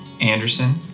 Anderson